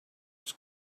was